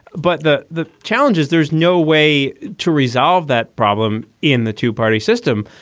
but the the challenge is there's no way to resolve that problem in the two party system,